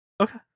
Okay